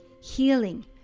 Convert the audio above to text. healing